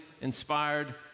inspired